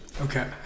okay